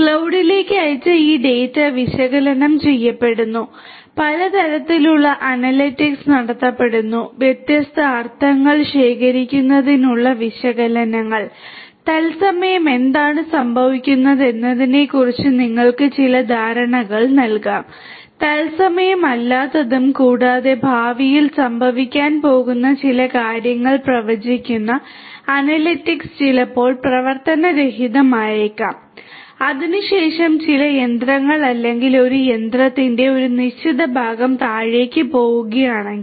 ക്ലൌഡിലേക്ക് അയച്ച ഈ ഡാറ്റ വിശകലനം ചെയ്യപ്പെടുന്നു പല തരത്തിലുള്ള അനലിറ്റിക്സ് നടത്തപ്പെടുന്നു വ്യത്യസ്ത അർത്ഥങ്ങൾ ശേഖരിക്കുന്നതിനുള്ള വിശകലനങ്ങൾ തത്സമയം എന്താണ് സംഭവിക്കുന്നത് എന്നതിനെക്കുറിച്ച് നിങ്ങൾക്ക് ചില ധാരണകൾ നൽകാം തത്സമയം അല്ലാത്തതും കൂടാതെ ഭാവിയിൽ സംഭവിക്കാൻ പോകുന്ന ചില കാര്യങ്ങൾ പ്രവചിക്കുന്ന അനലിറ്റിക്സ് ചിലപ്പോൾ പ്രവർത്തനരഹിതമായേക്കാം അതിനുശേഷം ചില യന്ത്രങ്ങൾ അല്ലെങ്കിൽ ഒരു യന്ത്രത്തിന്റെ ഒരു നിശ്ചിത ഭാഗം താഴേക്ക് പോകുകയാണെങ്കിൽ